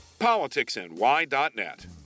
PoliticsNY.net